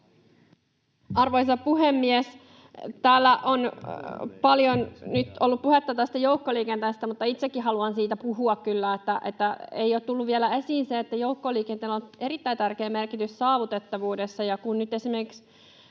Arvoisa puhemies! Täällä on paljon nyt ollut puhetta tästä joukkoliikenteestä, mutta itsekin haluan siitä puhua kyllä. Ei ole tullut vielä esiin se, että joukkoliikenteellä on erittäin tärkeä merkitys saavutettavuudessa, ja kun nyt esimerkiksi